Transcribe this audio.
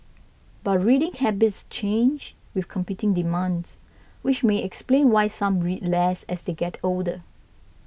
but reading habits change with competing demands which may explain why some read less as they get older